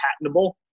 patentable